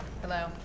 Hello